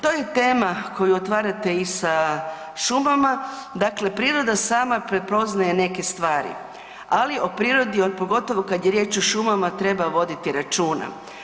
To je tema koju otvarate i sa šumama, dakle priroda sama prepoznaje neke stvari, ali o prirodi, a pogotovo kad je riječ o šumama, treba voditi računa.